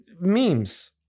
memes